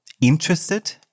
interested